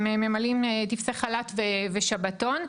הם ממלאים טפסי חל"ת ושבתון,